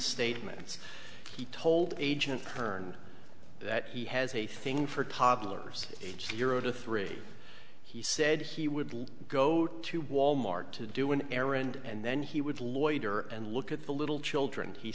statements he told agent turned that he has a thing for toddlers age zero to three he said he would leave go to wal mart to do an errand and then he would loiter and look at the little children he